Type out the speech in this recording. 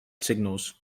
signals